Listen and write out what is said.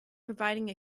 providing